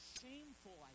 shameful